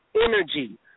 energy